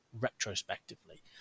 retrospectively